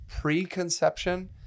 preconception